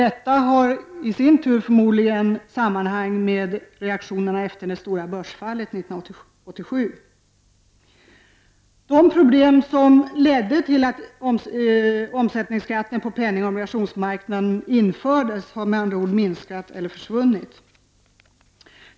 Detta sammanhänger i sin tur sannolikt med reaktionerna efter det stora börsfallet 1987. De problem som ledde till att omsättningsskatten på penningoch obligationsmarknaden infördes har med andra ord minskat eller försvunnit.